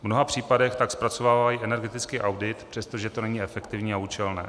V mnoha případech tak zpracovávají energetický audit, přestože to není efektivní a účelné.